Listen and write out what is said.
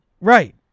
Right